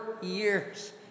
years